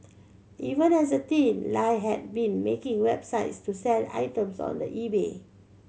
even as a teen Lie had been making websites to sell items on the eBay